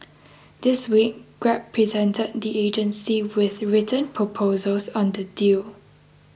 this week Grab presented the agency with written proposals on the deal